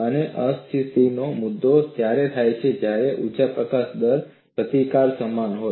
અને અસ્થિરતાનો મુદ્દો ત્યારે થાય છે જ્યારે આ ઊર્જા પ્રકાશન દર પ્રતિકાર સમાન હોય